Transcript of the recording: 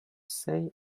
say